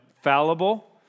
fallible